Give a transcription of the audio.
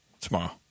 tomorrow